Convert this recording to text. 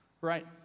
right